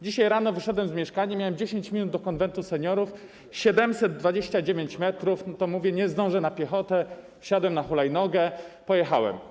Dzisiaj rano wyszedłem z mieszkania, miałem 10 minut do Konwentu Seniorów, 729 m, to mówię: nie zdążę na piechotę, wsiadłem na hulajnogę, pojechałem.